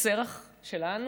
שרח שלנו,